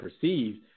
perceived